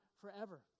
forever